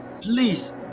Please